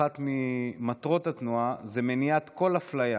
אחת ממטרות התנועה זה מניעת כל אפליה